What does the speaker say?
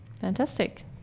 Fantastic